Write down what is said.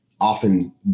often